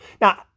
Now